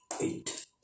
eight